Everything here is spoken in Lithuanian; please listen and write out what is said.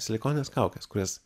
silikonines kaukes kurias